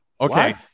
Okay